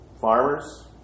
farmers